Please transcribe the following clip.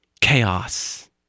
chaos